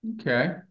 Okay